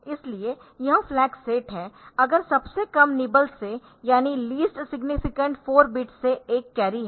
इसलिए यह flag set है अगर सबसे कम निबल से यानि लीस्ट सिग्नीफिकेंट 4 बिट्स से एक कैरी है